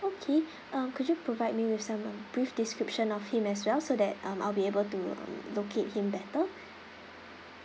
okay uh could you provide me with some uh brief description of him as well so that um I'll be able to um locate him better